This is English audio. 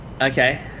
Okay